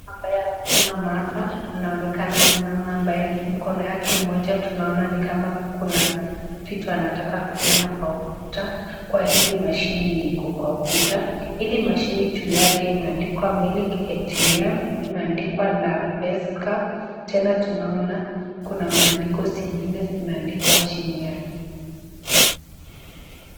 Ambaye amesimama hapa, anaonekana ni mama ambaye mkono yake mmoja tunaona ni kama kuna vitu anataka kufinya kwa ukuta, kwa hili mashine yenye iko kwa ukuta. Hili mashine juu yake imeandikwa Milk ATM , imeandikwa La Pesca . Tena tunaona kuna maandiko zingine zimeandikwa chini yake.